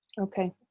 Okay